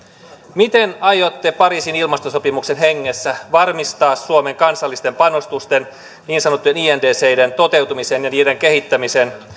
miten aiotte pariisin ilmastosopimuksen hengessä varmistaa suomen kansallisten panostusten niin sanottujen indciden toteutumisen ja niiden kehittämisen